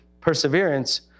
perseverance